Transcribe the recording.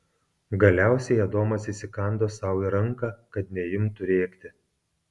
galiausiai adomas įsikando sau į ranką kad neimtų rėkti